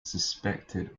suspected